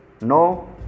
no